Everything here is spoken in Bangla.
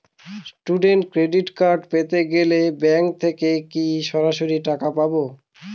স্টুডেন্ট ক্রেডিট কার্ড পেতে গেলে ব্যাঙ্ক থেকে কি সরাসরি টাকা পাবো?